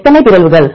எத்தனை பிறழ்வுகள்